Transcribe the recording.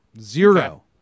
Zero